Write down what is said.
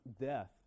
death